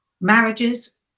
marriages